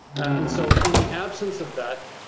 and so in the absence of that,